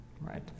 right